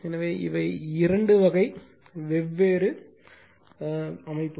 எனவே இவை இரண்டு வகை வெவ்வேறு இரண்டு வெவ்வேறு வகை கட்டுமானங்கள்